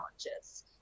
challenges